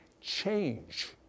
change